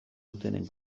dutenen